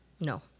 No